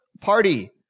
party